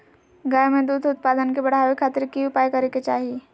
गाय में दूध उत्पादन के बढ़ावे खातिर की उपाय करें कि चाही?